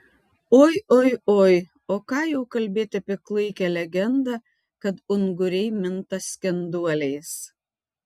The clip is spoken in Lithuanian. oi oi oi o ką jau kalbėti apie klaikią legendą kad unguriai minta skenduoliais